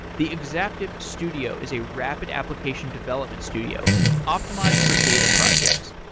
the exaptive studio is a rapid application development studio optimized for data projects.